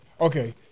Okay